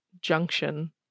Junction